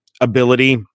ability